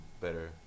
better